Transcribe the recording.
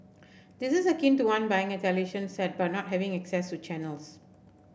this is akin to one buying a television set but not having access to channels